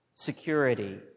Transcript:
security